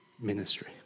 ministry